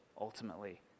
ultimately